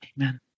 Amen